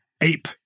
ape